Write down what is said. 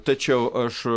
tačiau aš